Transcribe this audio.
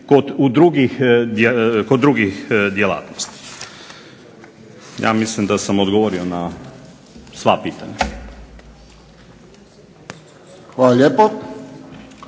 kod drugih djelatnosti. Ja mislim da sam odgovorio na sva pitanja. **Friščić,